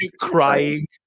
crying